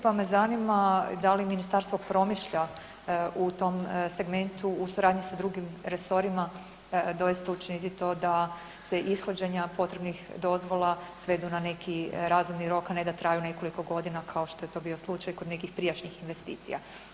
Pa me zanima da li ministarstvo promišlja u tom segmentu u suradnji sa drugim resorima doista učiniti to da se ishođenja potrebnih dozvola svedu na neki razumni rok, a ne da traju nekoliko godina kao što je to bio slučaj kod nekih prijašnjih investicija.